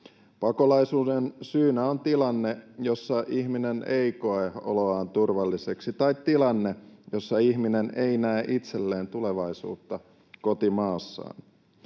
Pakolaisuuden syynä on tilanne, jossa ihminen ei koe oloaan turvalliseksi, tai tilanne, jossa ihminen ei näe itselleen tulevaisuutta kotimaassaan.